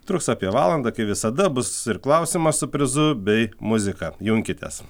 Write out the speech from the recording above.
truks apie valandą kai visada bus ir klausimas su prizu bei muzika junkitės